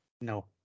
No